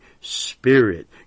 Spirit